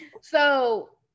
So-